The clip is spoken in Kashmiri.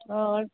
آ